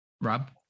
Rob